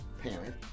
parent